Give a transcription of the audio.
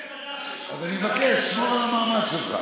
אז אני מבקש: שמור על המעמד שלך.